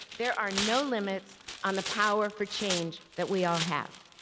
there are no limits on the power for change that we all have.